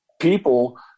people